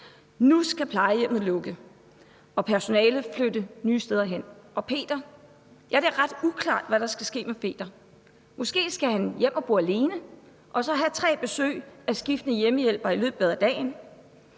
Nu skal plejehjemmet lukke og personalet flytte nye steder hen, og hvad med Peter? Ja, det er ret uklart, hvad der skal ske med Peter. Måske skal han hjem og bo alene og så have tre besøg af skiftende hjemmehjælpere i løbet af dagen.